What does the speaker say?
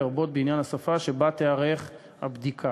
לרבות בעניין השפה שבה תיערך הבדיקה.